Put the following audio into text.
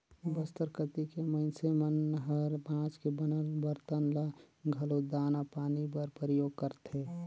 बस्तर कति के मइनसे मन हर बांस के बनल बरतन ल घलो दाना पानी बर परियोग करथे